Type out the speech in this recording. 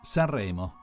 Sanremo